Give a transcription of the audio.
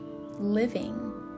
living